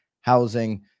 housing